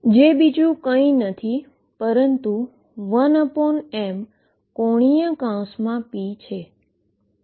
જે બીજું કંઈ નથી પરંતુ 1m⟨p⟩ છે